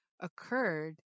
occurred